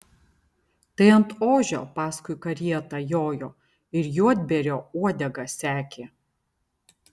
tai ant ožio paskui karietą jojo ir juodbėrio uodegą sekė